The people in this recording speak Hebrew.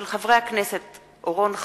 מאת חברי הכנסת חיים אורון,